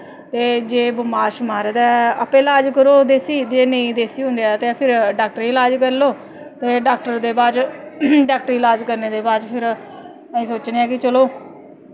ते जे बमार शमार ऐ ते आपें लाज करो देसी जे नेईं देसी होंदा ते फिर डॉक्टरी लाज कर लो ते डॉक्टर दे बाद च डॉक्टरी लाज करने दे फिर अस सोचनें आं कि चलो